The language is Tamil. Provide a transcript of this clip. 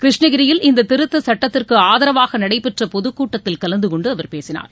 கிருஷ்ணகிரியில் இந்த திருத்தச் சுட்டத்திற்கு ஆதரவாக நடைபெற்ற பொதுக்கூட்டத்தில் கலந்து கொண்டு அவர் பேசினார்